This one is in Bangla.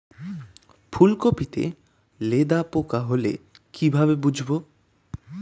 ফুলকপিতে লেদা পোকা হলে কি ভাবে বুঝবো?